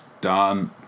done